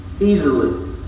easily